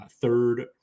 third